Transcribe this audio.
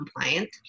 compliant